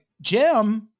Jim